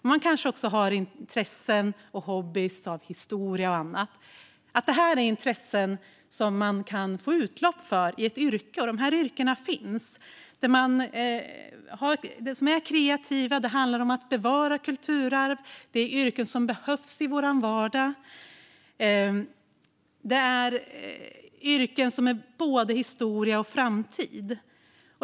Man kanske är intresserad av till exempel historia eller har någon hobby som man kan få utlopp för i ett yrke. Det finns yrken som är kreativa och handlar om att bevara kulturarv. Det är yrken som behövs i vår vardag. Det är yrken som är både historia och framtid.